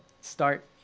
start